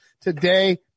today